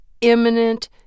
imminent